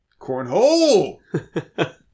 Cornhole